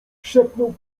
szepnął